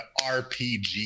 RPG